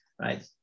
right